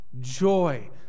joy